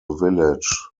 village